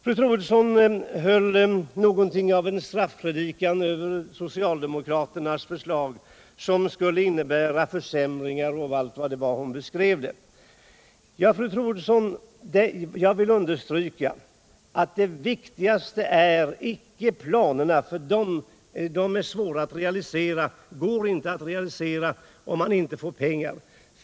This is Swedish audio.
Fru Troedsson höll något av en straffpredikan över socialdemokraternas förslag, som skulle innebära försämringar och allt vad det var. Ja, fru Troedsson, jag vill understryka att det viktigaste inte är planerna — de går inte att realisera om man inte får pengar.